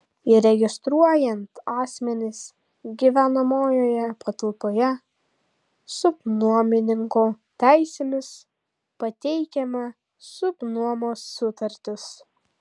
įregistruojant asmenis gyvenamojoje patalpoje subnuomininko teisėmis pateikiama subnuomos sutartis